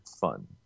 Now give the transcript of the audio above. fun